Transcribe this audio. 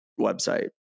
website